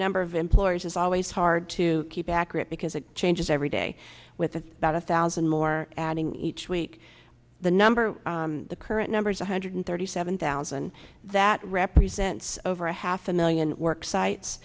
number of employers is always hard to keep accurate because it changes every day with about a thousand more adding each week the number the current numbers one hundred thirty seven thousand that represents over a half a million work sites